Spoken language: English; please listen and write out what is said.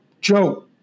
Joe